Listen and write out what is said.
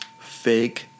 fake